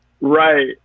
Right